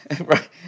Right